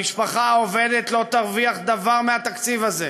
המשפחה העובדת לא תרוויח דבר מהתקציב הזה.